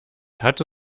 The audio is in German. hatte